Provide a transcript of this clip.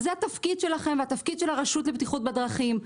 זה התפקיד שלכם והתפקיד של הרשות לבטיחות בדרכים,